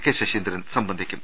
K Saseendran സംബന്ധിക്കും